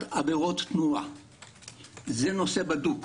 עבירות תנועה בשנה - זה נושא בדוק.